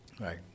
Right